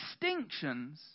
distinctions